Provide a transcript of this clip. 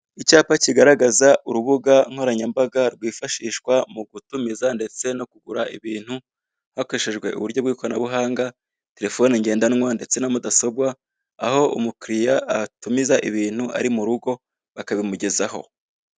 Icyapa kigaragaza urubuga nkoranyambaga rwifashishwa mu gutumiza ndetse no kugura ibintu, hakoreshejwe uburyo bw'ikoranabuhanga telefone ngendanwa ndetse na mudasobwa, aho umukiliya atumiza ibintu ari mu rugo bakabimugezaho.